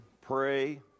pray